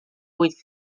vuit